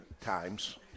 times